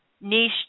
niche